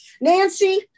Nancy